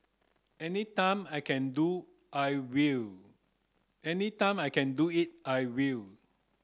any time I can do I will any time I can do it I will